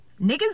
niggas